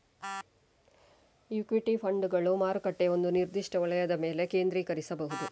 equity ಫಂಡುಗಳು ಮಾರುಕಟ್ಟೆಯ ಒಂದು ನಿರ್ದಿಷ್ಟ ವಲಯದ ಮೇಲೆ ಕೇಂದ್ರೀಕರಿಸಬಹುದು